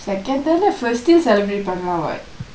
second தான:thaane first celebrate பன்னலாம்:pannalaam what